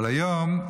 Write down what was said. אבל היום,